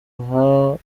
hafi